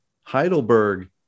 Heidelberg